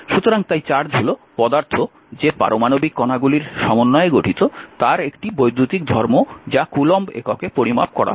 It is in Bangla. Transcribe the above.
সুতরাং তাই চার্জ হল পদার্থ যে পারমাণবিক কণাগুলির সমন্বয়ে গঠিত তার একটি বৈদ্যুতিক ধর্ম যা কুলম্বে পরিমাপ করা হয়